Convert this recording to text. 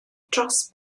dros